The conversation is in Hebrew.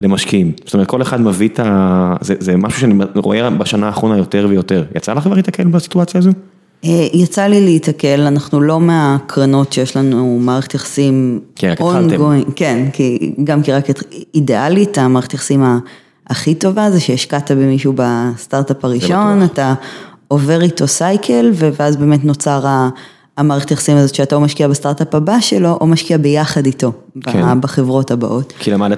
למשקיעים, זאת אומרת כל אחד מביא את זה, זה משהו שאני רואה בשנה האחרונה יותר ויותר, יצא לך להתקל בסיטואציה הזו? יצא לי להתקל, אנחנו לא מהקרנות שיש לנו מערכת יחסים, כן, גם כי רק התחלתם, אידיאלית, המערכת יחסים, הכי טובה זה שהשקעת במישהו בסטארטאפ הראשון, זה בטוח, אתה עובר איתו סייקל ואז באמת נוצר המערכת יחסים הזאת, שאתה או משקיע בסטארטאפ הבא שלו או משקיע ביחד איתו, כן, בחברות הבאות.